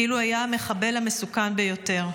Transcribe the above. כאילו היה המחבל המסוכן ביותר.